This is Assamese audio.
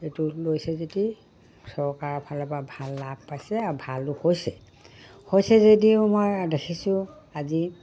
এইটো লৈছে যদি চৰকাৰৰফালৰপৰা ভাল লাভ পাইছে আৰু ভালো হৈছে হৈছে যদিও মই দেখিছোঁ আজি